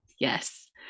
Yes